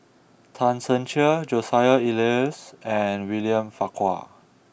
Tan Ser Cher Joseph Elias and William Farquhar